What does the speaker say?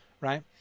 right